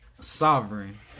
sovereign